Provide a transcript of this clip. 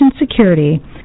security